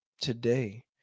today